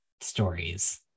stories